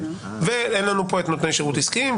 ואין לנו פה נותני שירות עסקיים.